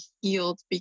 healed